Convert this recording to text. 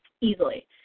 easily